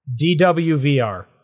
DWVR